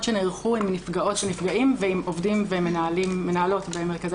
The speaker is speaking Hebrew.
שנערכו עם נפגעות ונפגעים ועם עובדים ומנהלות במרכזי